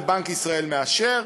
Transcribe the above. ובנק ישראל מאשר.